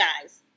guys